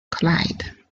clyde